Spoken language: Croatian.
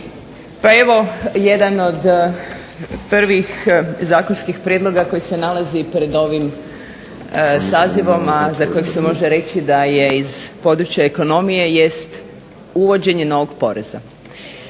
Pa evo jedan od prvih zakonskih prijedloga koji se nalazi pred ovim sazivom a za kojeg se može reći da je iz područja ekonomije jest uvođenje novog poreza.